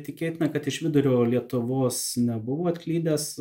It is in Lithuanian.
tikėtina kad iš vidurio lietuvos nebuvo atklydęs